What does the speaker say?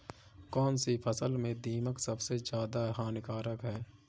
कौनसी फसल में दीमक सबसे ज्यादा हानिकारक है?